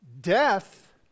death